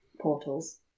Portals